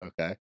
Okay